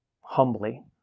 humbly